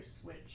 switch